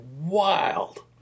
wild